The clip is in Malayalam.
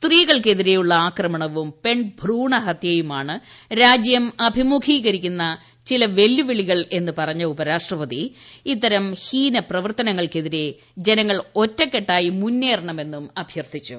സ്ത്രീകൾക്കെതിരെയുള്ള ആക്രമണവും പെൺ ഭ്രൂണഹത്യയുമാണ് രാജ്യം അഭിമുഖീകരിക്കുന്ന ചില വെല്ലുവിളികൾ എന്ന് പറഞ്ഞ ഉപരാഷ്ട്രപതി ഇത്തരം ഹീന പ്രവർത്തനങ്ങൾക്കെതിരെ ജനങ്ങൾ ഒറ്റക്കെട്ടായി മുന്നേറണമെന്നും അഭ്യർത്ഥിച്ചു